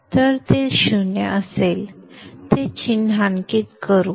तर ते 0 असेल ते चिन्हांकित करू